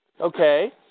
Okay